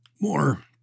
more